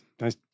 Nice